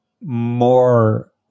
more